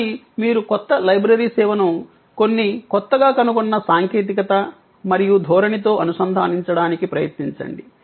కానీ మీరు కొత్త లైబ్రరీ సేవను కొన్ని కొత్తగా కనుగొన్న సాంకేతికత మరియు ధోరణితో అనుసంధానించడానికి ప్రయత్నించండి